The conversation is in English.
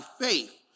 faith